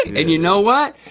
and you know what,